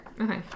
Okay